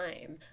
time